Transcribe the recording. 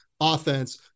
offense